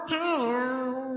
town